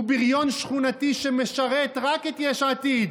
הוא בריון שכונתי שמשרת רק את יש עתיד.